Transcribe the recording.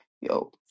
yo